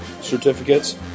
certificates